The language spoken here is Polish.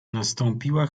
nastąpiła